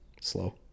Slow